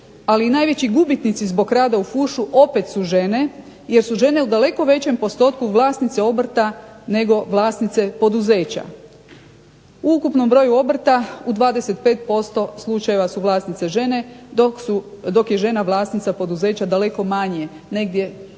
ali i najveći gubitnici zbog rada u fušu opet su žene jer su žene u daleko većem postotku vlasnice obrta nego vlasnice poduzeća. U ukupnom broju obrta, u 25% slučajeva su vlasnice žene dok je žena vlasnica poduzeća daleko manje, negdje između